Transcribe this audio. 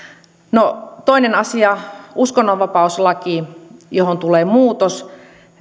no toinen asia uskonnonvapauslaki johon tulee muutos